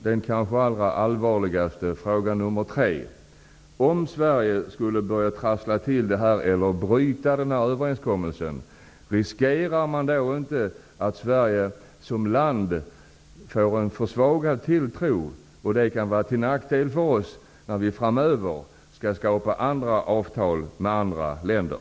Så har vi den allvarligaste frågan: Om Sverige skulle börja trassla till detta eller bryta denna överenskommelse, riskerar man då inte att Sverige som land får en försvagad tilltro, som kan vara till nackdel för oss när vi framöver skall skapa andra avtal med andra länder?